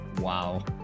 Wow